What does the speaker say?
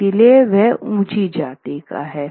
इसलिए वह ऊंची जाती का है